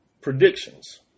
predictions